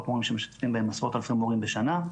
מורים שמשתתפים בהן עשרות אלפי מורים בשנה,